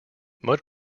mud